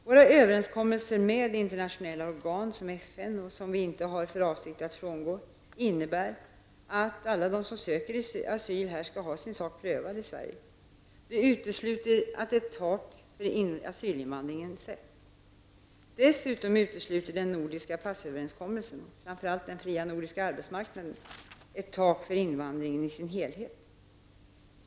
Våra överenskommelser med internationella organ som FN, och som vi inte har för avsikt att frångå, innebär att alla de som söker asyl här skall ha sin sak prövad i Sverige. Det utesluter att ett tak för asylinvandringen sätts. Dessutom utesluter den nordiska passöverenskommelsen, framför allt den fria nordiska arbetsmarknaden, ett tak för invandringen i sin helhet.